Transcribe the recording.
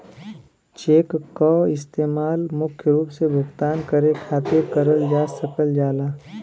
check क इस्तेमाल मुख्य रूप से भुगतान करे खातिर करल जा सकल जाला